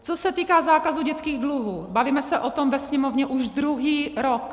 Co se týká zákazu dětských dluhů, bavíme se o tom ve Sněmovně už druhý rok.